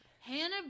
hannah